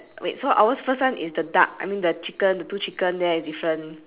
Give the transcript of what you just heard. for the children playing basketball they are one is standing far apart from the other one right